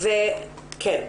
כן,